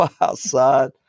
outside